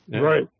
Right